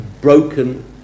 broken